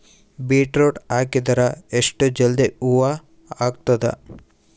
Beetroot ಹಾಕಿದರ ಎಷ್ಟ ಜಲ್ದಿ ಹೂವ ಆಗತದ?